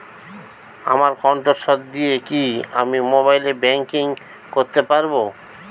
আমার কন্ঠস্বর দিয়ে কি আমি মোবাইলে ব্যাংকিং করতে পারবো?